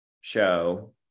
show